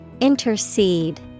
Intercede